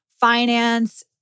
finance